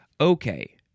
Okay